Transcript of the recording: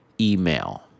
email